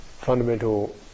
fundamental